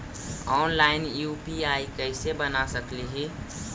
Online UPI कैसे बना सकली ही?